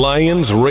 Lions